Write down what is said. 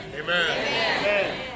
Amen